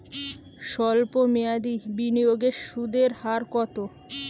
সল্প মেয়াদি বিনিয়োগের সুদের হার কত?